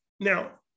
Now